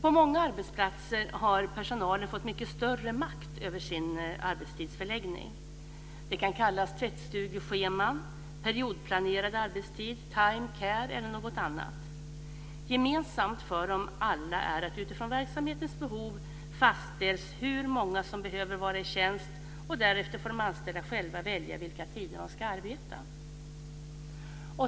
På många arbetsplatser har personalen fått mycket större makt över sin arbetstids förläggning. Det kan kallas tvättstugeschema, periodplanerad arbetstid, time care eller något annat. Gemensamt för dem alla är att det utifrån verksamhetens behov fastställs hur många som behöver vara i tjänst. Därefter får de anställda själva välja vilka tider de ska arbeta.